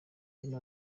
arimo